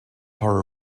horror